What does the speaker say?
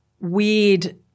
weird